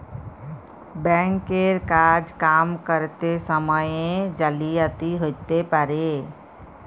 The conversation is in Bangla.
ব্যাঙ্ক এর কাজ কাম ক্যরত সময়ে জালিয়াতি হ্যতে পারে